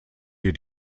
hier